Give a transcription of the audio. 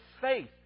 faith